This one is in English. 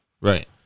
Right